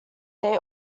they